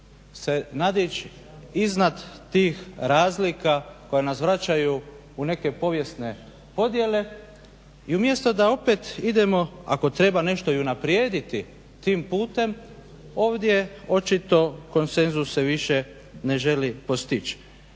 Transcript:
se nadić iznad tih razlika koje nas vraćaju u neke povijesne podjele. I umjesto da opet idemo ako treba nešto i unaprijediti tim putem ovdje očito konsenzus se više ne želi postići.